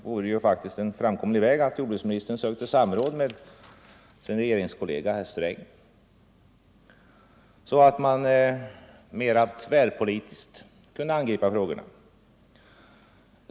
Vore det i så fall inte en framkomlig väg att jordbruksministern sökte samråd med sin regeringskollega herr Sträng för att mera tvärpolitiskt angripa frågorna?